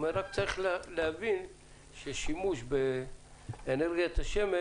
אמר: רק צריך להבין ששימוש באנרגיית השמש